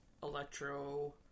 electro